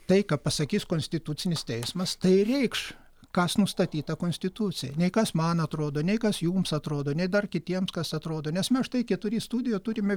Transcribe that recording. tai ką pasakys konstitucinis teismas tai reikš kas nustatyta konstitucijoj nei kas man atrodo nei kas jums atrodo nei dar kitiems kas atrodo nes mes štai keturi studijoj turime